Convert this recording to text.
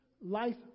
life